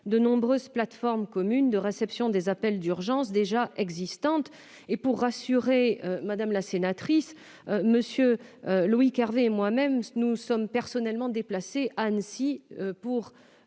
des nombreuses plateformes communes de réception des appels d'urgence déjà existantes. Je veux rassurer Mme Brulin : Loïc Hervé et moi-même nous sommes personnellement déplacés à Annecy afin